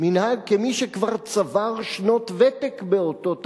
מנהג כמי שכבר צבר שנות ותק באותו תפקיד.